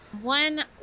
one